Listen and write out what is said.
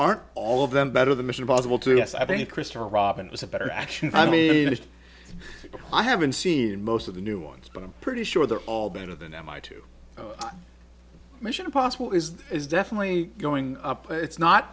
aren't all of them better the mission impossible two yes i think christopher robin was a better action for me i haven't seen most of the new ones but i'm pretty sure they're all better than am i to mission impossible is is definitely going up it's not